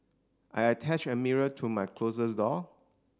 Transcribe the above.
I attached a mirror to my closes door